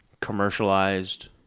commercialized